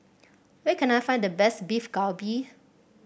where can I find the best Beef Galbi